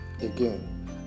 again